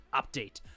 update